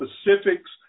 specifics